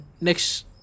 next